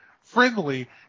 friendly